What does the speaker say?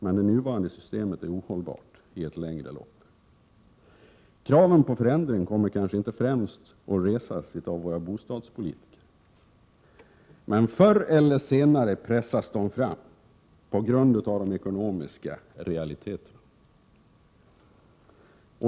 Men det nuvarande systemet är ohållbart i ett längre förlopp. Kraven på förändring kommer kanske inte främst att resas av våra bostadspolitiker, men förr eller senare pressas kraven fram på grund av de ekonomiska realiteterna.